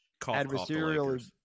adversarial